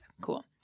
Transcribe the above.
Cool